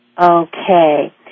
Okay